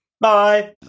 Bye